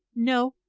no.